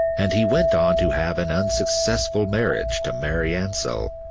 and he went on to have an unsuccessful marriage to mary ansell.